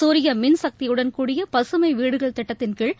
சூரிய மின் சக்தியுடன் கூடிய பசுமை வீடுகள் திட்டத்தின் கீழ்